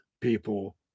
people